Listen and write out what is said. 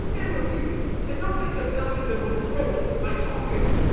in with you and don't get yourself into more trouble by talking.